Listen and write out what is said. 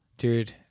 Dude